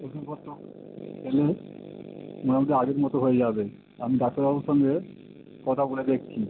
ওষুধপত্র খেলে তুমি হয়তো আগের মতো হয়ে যাবে আমি ডাক্তারবাবুর সঙ্গে কথা বলে দেখছি